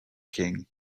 king